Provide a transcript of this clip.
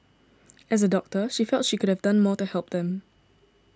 as a doctor she felt she could have done more to help them